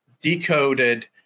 decoded